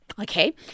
Okay